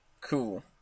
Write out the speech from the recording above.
Cool